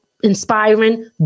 inspiring